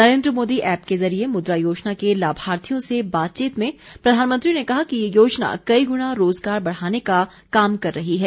Narendra Modi app के जरिये मुद्रा योजना के लाभार्थियों से बातचीत में प्रधानमंत्री ने कहा कि ये योजना कई गुना रोजगार बढ़ाने का काम कर रही है